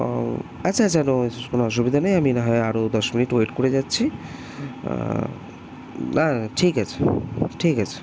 ও আচ্ছা আচ্ছা no issue কোনো অসুবিধা নেই আমি না হয় আরো দশ মিনিট ওয়েট করে যাচ্ছি না ঠিক আছে ঠিক আছে